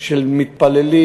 של מתפללים,